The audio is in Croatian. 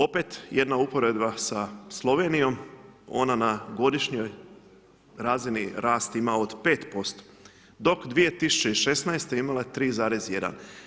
Opet jedna uporedba sa Slovenijom, ona na godišnjoj razini rast ima od 5% dok 2016. imala je 3,1.